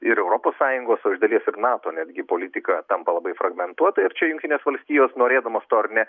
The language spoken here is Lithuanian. ir europos sąjungos o iš dalies ir nato netgi politika tampa labai fragmentuota ir čia jungtinės valstijos norėdamos to ar ne